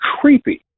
creepy